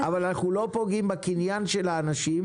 אבל אנחנו לא פוגעים בקניין של האנשים,